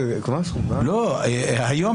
היום,